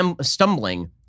stumbling